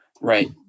Right